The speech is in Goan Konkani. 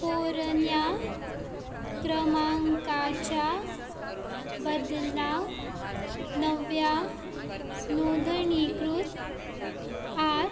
पोरन्या क्रमांकाच्या बदला नव्या नोंदणीकृत आठ